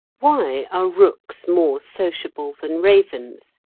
why are rooks more sociable than ravens,